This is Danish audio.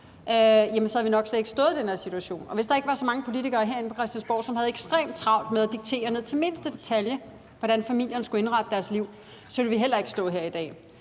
så havde vi nok slet ikke stået i den her situation. Og hvis der ikke var så mange politikere herinde på Christiansborg, som havde ekstremt travlt med at diktere ned i mindste detalje, hvordan familierne skal indrette deres liv, så ville vi heller ikke stå her i dag.